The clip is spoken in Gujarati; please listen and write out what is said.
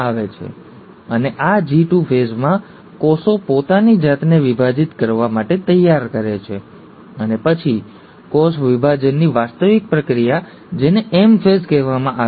અને આ G2 ફેઝમાં કોષો પોતાની જાતને વિભાજિત કરવા માટે તૈયાર કરે છે અને પછી કોષ વિભાજનની વાસ્તવિક પ્રક્રિયા જેને M phase કહેવામાં આવે છે